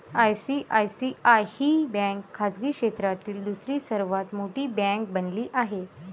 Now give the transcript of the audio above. ICICI ही bank खाजगी क्षेत्रातील दुसरी सर्वात मोठी बँक बनली आहे